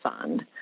fund